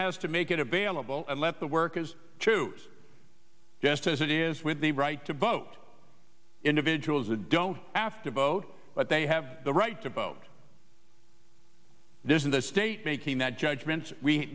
has to make it available and let the workers choose just as it is with the right to vote individuals a don't after vote but they have the right to vote there in the state making that judgment we